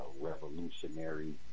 revolutionary